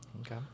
okay